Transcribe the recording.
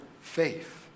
faith